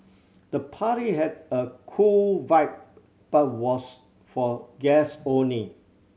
the party had a cool vibe but was for guest only